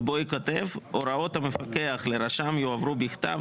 ובו ייכתב "הוראות המפקח לרשם יועברו בכתב